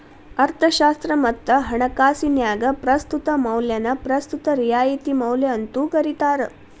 ಅರ್ಥಶಾಸ್ತ್ರ ಮತ್ತ ಹಣಕಾಸಿನ್ಯಾಗ ಪ್ರಸ್ತುತ ಮೌಲ್ಯನ ಪ್ರಸ್ತುತ ರಿಯಾಯಿತಿ ಮೌಲ್ಯ ಅಂತೂ ಕರಿತಾರ